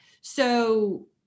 So-